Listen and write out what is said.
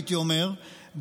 הייתי אומר,